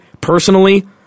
personally